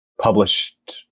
published